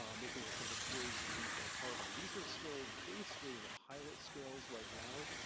um making a kind of a closed loop of carbon. these are still basically in the pilot scales right now,